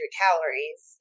calories